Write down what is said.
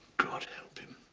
god help him.